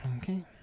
Okay